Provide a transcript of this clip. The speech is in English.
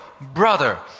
brother